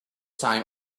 time